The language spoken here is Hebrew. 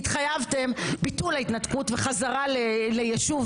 כי התחייבות לביטול ההתנתקות וחזרה ליישוב